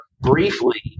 briefly